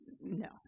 No